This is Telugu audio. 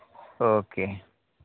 ఓకే